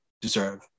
deserve